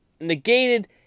Negated